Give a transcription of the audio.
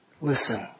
listen